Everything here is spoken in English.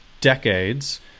decades